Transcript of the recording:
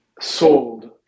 sold